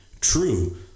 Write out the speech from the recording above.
true